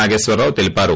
నాగేశ్వరరావు తెలిపారు